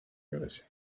iglesia